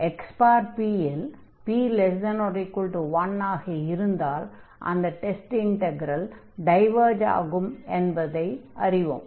xp இல் p 1 ஆக இருந்தால் அந்த டெஸ்ட் இன்டக்ரல் டைவர்ஜ் ஆகும் என்பதை அறிவோம்